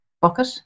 bucket